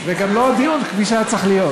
וגם לא הדיון כפי שהיה צריך להיות.